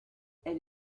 elle